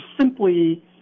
simply